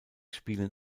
spielen